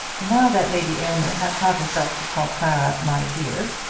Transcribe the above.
now that lady aylmer had taught herself to call clara my dear,